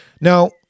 Now